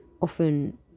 often